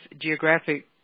geographic